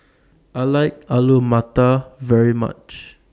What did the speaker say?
I like Alu Matar very much